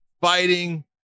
fighting